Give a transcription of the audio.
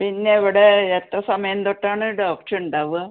പിന്നെ ഇവിടെ എത്ര സമയം തൊട്ടാണ് ഡോക്ടർ ഉണ്ടാവുക